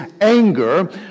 anger